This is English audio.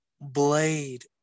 Blade